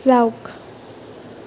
যাওক